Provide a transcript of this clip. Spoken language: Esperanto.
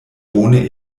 bone